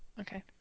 Okay